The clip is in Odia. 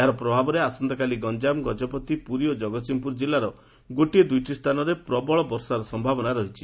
ଏହାର ପ୍ରଭାବରେ ଆସନ୍ତାକାଲି ଗଞ୍ଚାମ ଗଜପତି ପୁରୀ ଓ ଜଗତସିଂହପୁର ଜିଲ୍ଲାର ଗୋଟିଏ ଦୁଇଟି ସ୍ଥାନରେ ପ୍ରବଳ ବର୍ଷାର ସମ୍ଭାବନା ରହିଛି